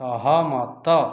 ସହମତ